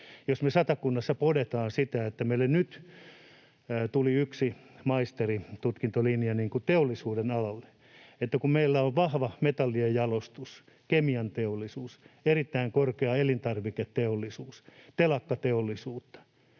Jos me Satakunnassa podetaan sitä, että meille nyt tuli yksi maisteritutkintolinja niin kuin teollisuudenalalle... Kun meillä on vahva metallien jalostus, kemianteollisuus, erittäin korkea elintarviketeollisuus ja telakkateollisuutta